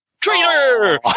Trainer